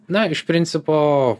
na iš principo